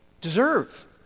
deserve